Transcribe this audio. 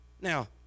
Now